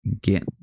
get